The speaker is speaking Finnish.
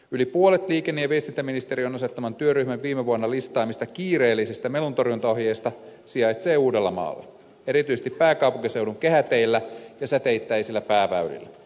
yli puolet liikenne ja viestintäministeriön asettaman työryhmän viime vuonna listaamista kiireellisistä meluntorjuntaohjeista sijaitsee uudellamaalla erityisesti pääkaupunkiseudun kehäteillä ja säteittäisillä pääväylillä